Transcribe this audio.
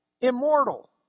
immortal